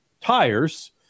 tires